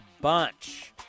bunch